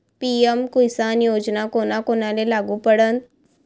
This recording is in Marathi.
पी.एम किसान योजना कोना कोनाले लागू पडन?